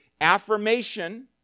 affirmation